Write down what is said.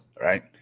right